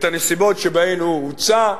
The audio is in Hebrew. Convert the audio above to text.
שבהן הוא הוצע.